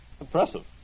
impressive